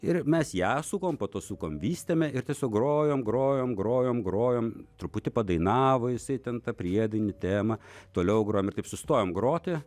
ir mes ją su kompu sukom vystėme ir tiesiog grojom grojom grojom grojom truputį padainavo jisai ten tą priedainį temą toliau grojom ir taip sustojom groti